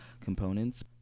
components